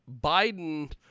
Biden